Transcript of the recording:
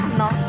no